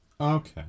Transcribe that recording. Okay